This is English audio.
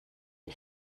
you